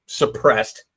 suppressed